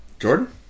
Jordan